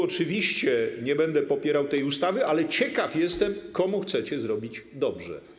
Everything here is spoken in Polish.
Oczywiście nie będę popierał tej ustawy, ale ciekaw jestem, komu chcecie zrobić dobrze.